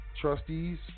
trustees